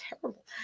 terrible